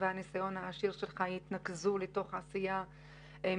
והניסיון העשיר שלך יתנקזו לתוך עשייה מקצועית,